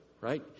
right